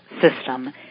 system